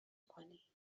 کنی